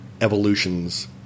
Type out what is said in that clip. evolutions